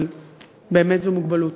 אבל באמת זו מוגבלות.